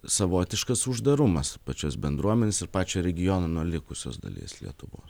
savotiškas uždarumas pačios bendruomenės ir pačio regiono nuo likusios dalies lietuvos